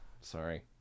Sorry